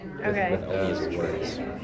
Okay